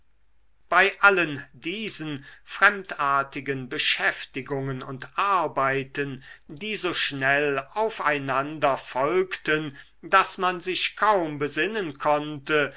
bei allen diesen fremdartigen beschäftigungen und arbeiten die so schnell auf einander folgten daß man sich kaum besinnen konnte